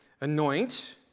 anoint